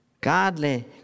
Godly